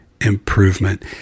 improvement